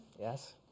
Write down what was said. Yes